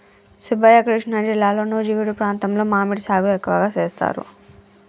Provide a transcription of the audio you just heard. సుబ్బయ్య కృష్ణా జిల్లాలో నుజివీడు ప్రాంతంలో మామిడి సాగు ఎక్కువగా సేస్తారు